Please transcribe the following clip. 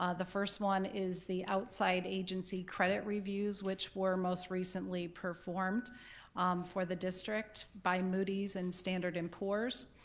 ah the first one is the outside agency credit reviews, which were most recently performed for the district by moody's and standard and poor's,